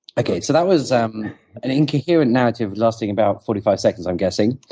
okay, so that was um an incoherent narrative lasting about forty five seconds, i'm guessing,